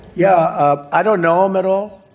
yeah, um i don't know him at all.